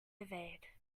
evade